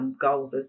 goals